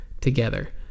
together